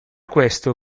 questo